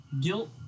guilt